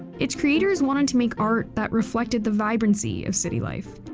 its creators wanted to make art that reflected the vibrancy of city life.